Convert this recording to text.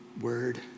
word